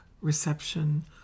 reception